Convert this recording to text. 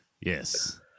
Yes